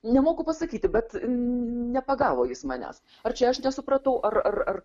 nemoku pasakyti bet nepagavo jis manęs ar čia aš nesupratau ar ar ar